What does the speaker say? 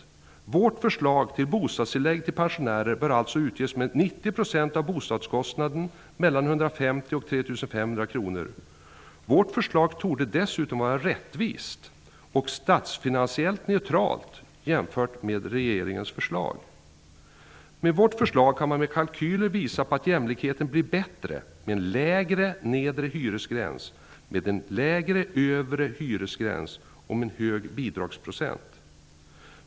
Enligt vårt förslag bör alltså bostadstillägg till pensionärer utges med 90 % av bostadskostnaden mellan 150 kr och 3 500 kr. Vårt förslag torde förutom att vara rättvist dessutom vara statsfinansiellt neutralt, jämfört med regeringens förslag. Med vårt förslag kan man med kalkyler visa på att jämlikheten blir bättre med en lägre nedre hyresgräns, med en lägre övre hyresgräns och med hög bidragsprocent.